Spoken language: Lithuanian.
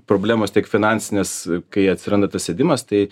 problemos tiek finansinės kai atsiranda tas sėdimas tai